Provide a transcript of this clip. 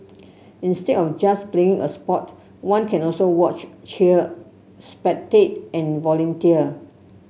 instead of just playing a sport one can also watch cheer spectate and volunteer